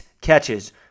catches